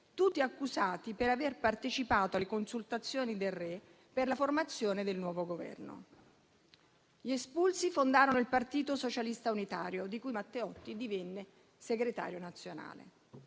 tutti accusati di aver partecipato alle consultazioni del Re per la formazione del nuovo Governo. Gli espulsi fondarono il Partito socialista unitario, di cui Matteotti divenne segretario nazionale.